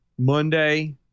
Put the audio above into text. Monday